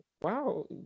Wow